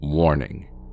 Warning